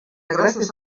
gràcies